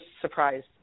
surprised